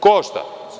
Košta.